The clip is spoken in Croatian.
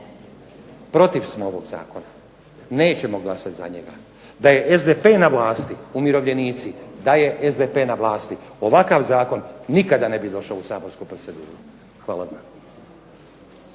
protiv smo ovog Zakona, nećemo glasati za njega. Da je SDP na vlasti, umirovljenici, da je SDP na vlasti ovakav zakon nikada ne bi došao u saborsku proceduru. Hvala vam.